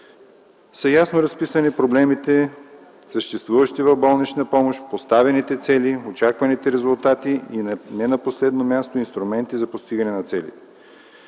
са разписани ясно проблемите, съществуващи в болничната помощ, поставените цели, чаканите резултати и, не на последно място, инструментите за постигане на целите.